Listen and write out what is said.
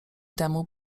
temu